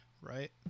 right